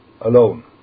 alone